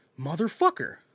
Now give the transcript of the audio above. motherfucker